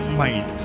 mind